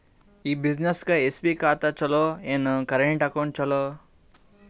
ಈ ಬ್ಯುಸಿನೆಸ್ಗೆ ಎಸ್.ಬಿ ಖಾತ ಚಲೋ ಏನು, ಕರೆಂಟ್ ಅಕೌಂಟ್ ಚಲೋ?